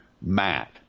Matt